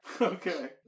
okay